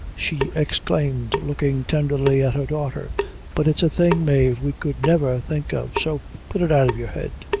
she exclaimed, looking tenderly at her daughter but it's a thing, mave, we could never think of so put it out of your head.